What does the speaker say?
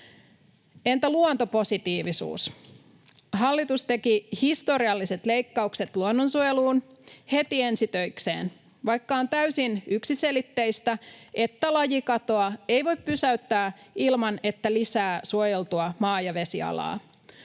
Entä luontopositiivisuus? Hallitus teki historialliset leikkaukset luonnonsuojeluun heti ensi töikseen, vaikka on täysin yksiselitteistä, että lajikatoa ei voi pysäyttää ilman, että lisää suojeltua maa- ja vesialaa.